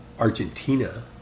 Argentina